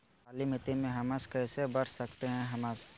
कालीमती में हमस कैसे बढ़ा सकते हैं हमस?